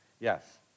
Yes